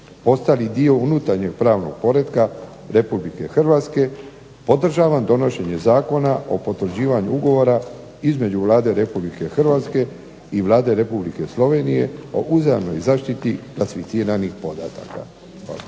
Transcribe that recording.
postali dio unutarnjeg pravnog poretka Republike Hrvatske podržavam donošenje Zakona o potvrđivanju ugovora između Vlade Republike Hrvatske i Vlade Republike Slovenije o uzajamnoj zaštiti klasificiranih podataka.